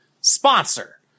sponsor